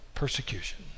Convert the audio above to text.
persecution